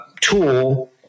tool